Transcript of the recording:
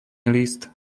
list